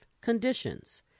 conditions